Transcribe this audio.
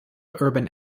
urban